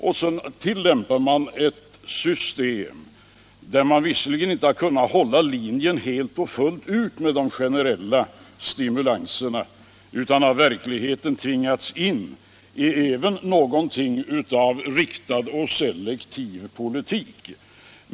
För detta tillämpar man ett system, där man dock inte helt och fullt har kunnat hålla linjen med de generella stimulanserna utan av verkligheten har tvingats in i även någonting av riktad och selektiv politik.